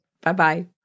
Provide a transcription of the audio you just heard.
Bye-bye